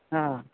ହଁ